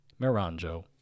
Miranjo